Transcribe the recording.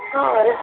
ਘਰ